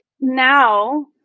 Now